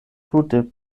tute